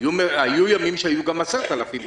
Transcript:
היו ימים שהיו גם 10,000 בדיקות.